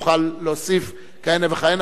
ותוכל להוסיף כהנה וכהנה,